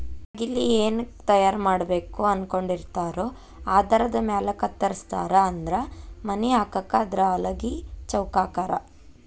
ಕಟಗಿಲೆ ಏನ ತಯಾರ ಮಾಡಬೇಕ ಅನಕೊಂಡಿರತಾರೊ ಆಧಾರದ ಮ್ಯಾಲ ಕತ್ತರಸ್ತಾರ ಅಂದ್ರ ಮನಿ ಹಾಕಾಕ ಆದ್ರ ಹಲಗಿ ಚೌಕಾಕಾರಾ